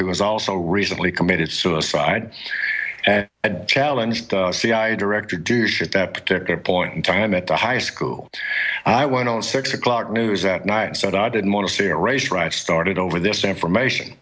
who was also recently committed suicide a challenge to cia director do you shit that particular point in time at the high school i went on six o'clock news that night and said i didn't want to see a race riot started over this information